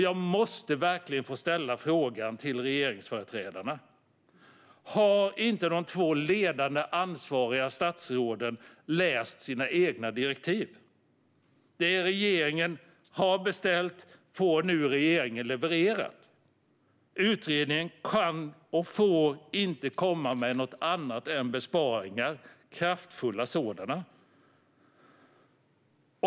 Jag måste verkligen få ställa frågan till regeringsföreträdarna: Har inte de två ledande ansvariga statsråden läst sina egna direktiv? Det regeringen har beställt får nu regeringen levererat. Utredningen kan inte, och får inte, komma med förslag på något annat än kraftfulla besparingar.